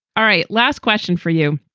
all right. last question for you.